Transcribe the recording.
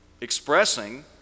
expressing